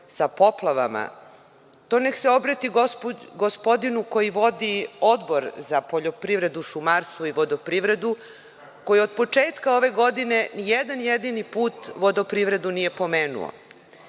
sa poplavama, to neka se obrati gospodinu koji vodi Odbor za poljoprivredu, šumarstvo i vodoprivredu, koji od početka ove godine nijedan jedini put vodoprivredu nije pomenuo. Tako